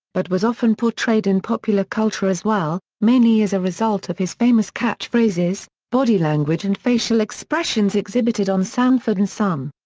but was often portrayed in popular culture as well, mainly as a result of his famous catchphrases, body language and facial expressions exhibited on sanford and son.